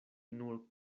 nur